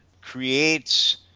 creates